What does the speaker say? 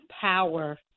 Power